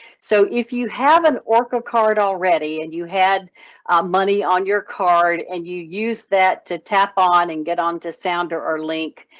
so if you have an orca card already and you had money on your card and you use that to tap on and get on to sounder or link